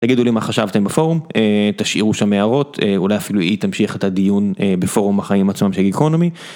תגידו לי מה חשבתם בפורום, תשאירו שם הערות, אולי אפילו היא תמשיך את הדיון בפורום החיים עצמם של Geekonomy.